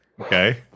Okay